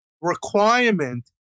requirement